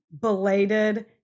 belated